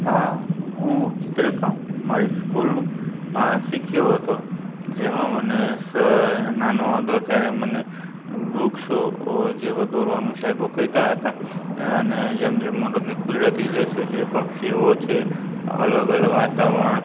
આ હું ચિત્રકામ મારી સ્કૂલમાં શીખ્યો હતો જેમાં મને સર નાનો હતો ત્યારે મને વૃક્ષો જેવું દોરવાનું સાહેબો કહેતા હતા અને જેમ જેમ મોટો થયો કુદરતી દૃશ્યો છે પક્ષીઓ છે અલગ અલગ વાતાવરણ